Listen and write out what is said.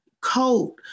coat